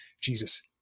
Jesus